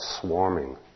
swarming